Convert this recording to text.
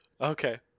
okay